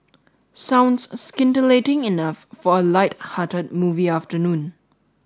sounds scintillating enough for a lighthearted movie afternoon